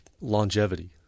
longevity